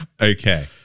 Okay